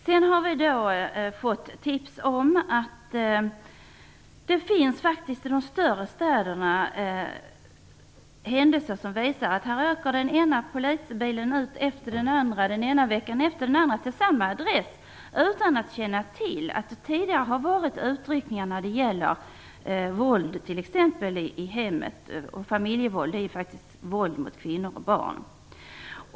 Vi har fått veta att i de större städerna åker den ena polisbilen ut efter den andra, den ena veckan efter den andra, till samma adress utan att man känner till att det tidigare har varit utryckningar som t.ex. gällt våld i hemmet och familjevåld, dvs. våld mot kvinnor och barn.